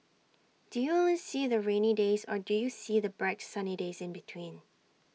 do you only see the rainy days or do you see the bright sunny days in between